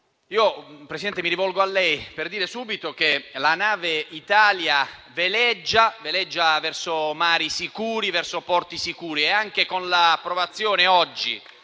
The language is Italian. Presidente, mi rivolgo a lei per dire subito che la nave Italia veleggia verso mari sicuri e porti sicuri, e anche con l'approvazione oggi